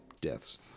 deaths